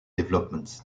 developments